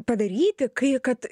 padaryti kai kad